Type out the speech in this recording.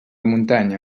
muntanya